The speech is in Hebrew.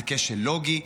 זה כשל לוגי,